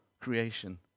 creation